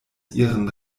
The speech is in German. ihren